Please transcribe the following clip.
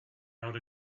out